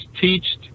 teached